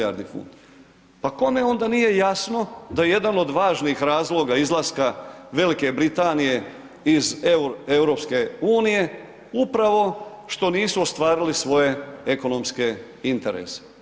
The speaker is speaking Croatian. Pa kome onda nije jasno da jedan od važnijih razloga izlaska Velike Britanije iz EU upravo što nisu ostvarili svoje ekonomske interese?